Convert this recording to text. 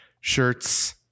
Shirts